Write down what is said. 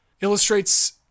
illustrates